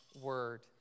word